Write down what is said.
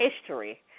history